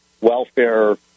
welfare